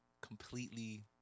completely